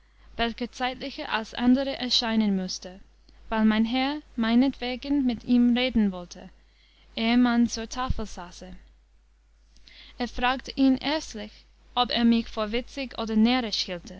welcher zeitlicher als andere erscheinen mußte weil mein herr meinetwegen mit ihm reden wollte eh man zur tafel saße er fragte ihn erstlich ob er mich vor witzig oder